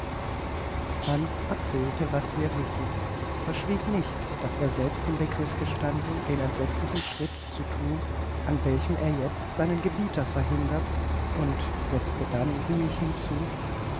franz erzählte was wir wissen verschwieg nicht daß er selbst im begriff gestanden den entsetzlichen schritt zu thun an welchem er jetzt seinen gebieter verhindert und setzte dann ruhig hinzu